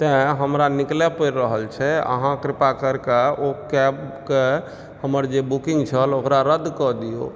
तैं हमरा निकलै पड़ि रहल छै अहाँ कृपा करिके ओऽ केब के हमर जे बुकिंग छल ओकरा रद्द कए दियौ